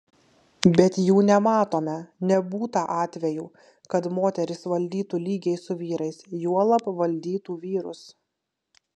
bet jų nematome nebūta atvejų kad moterys valdytų lygiai su vyrais juolab valdytų vyrus